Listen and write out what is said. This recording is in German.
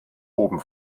oben